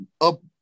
up